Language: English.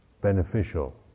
beneficial